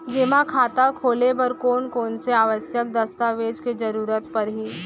जेमा खाता खोले बर कोन कोन से आवश्यक दस्तावेज के जरूरत परही?